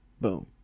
Boom